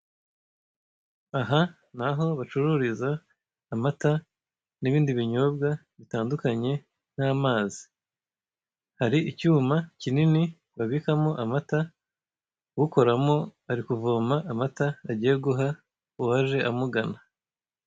Aha ni aho bacururiza amata n'ibindi binyobwa bitandukanye nk'amazi, hari icyuma kinini babikamo amata, ukoramo ari kuvoma amata agiye guha uwaje amugana.